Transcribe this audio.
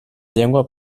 llengua